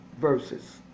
verses